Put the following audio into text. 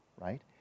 right